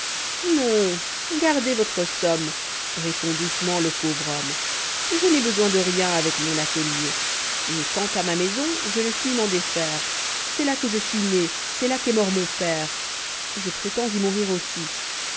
non gardez votre somme répond doucement le pauvre homme je n'ai besoin de rien avec mon atelier et quant à ma maison je ne puis m'en défaire c'est là que je suis né c'est là qu'est mort mon père je prétends y mourir aussi